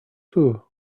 too